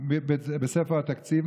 בספר התקציב,